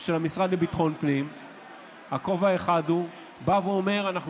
של המשרד לביטחון פנים בא ואומר שאנחנו